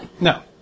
No